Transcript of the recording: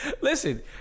Listen